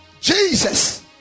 Jesus